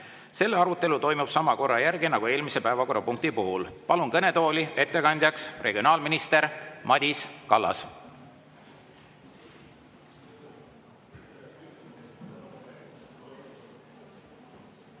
Selle arutelu toimub sama korra järgi nagu eelmise päevakorrapunkti puhul. Palun kõnetooli ettekandjaks regionaalminister Madis Kallase.